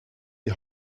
die